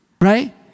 right